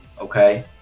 okay